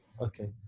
Okay